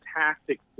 fantastic